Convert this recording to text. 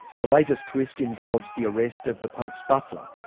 the latest twist involves the arrest of the pope's butler,